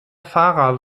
fahrer